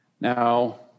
Now